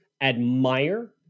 admire